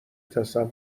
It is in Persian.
تصور